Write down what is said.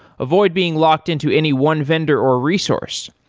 avoid being locked-in to any one vendor or resource.